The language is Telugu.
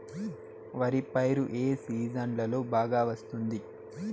వరి పైరు ఏ సీజన్లలో బాగా వస్తుంది